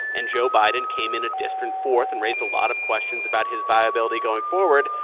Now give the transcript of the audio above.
and joe biden came in a distant fourth and raised a lot of questions about his viability going forward.